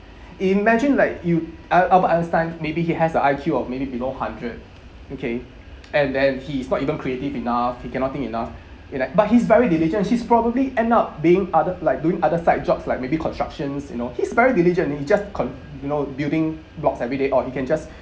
imagine like you al~ albert einstein maybe he has the I_Q of maybe below hundred okay and then he is not even creative enough he cannot think enough in that but he's very diligent he's probably end up being other like doing other side jobs like maybe constructions you know he's very diligent he just con~ you know building blocks every day or he can just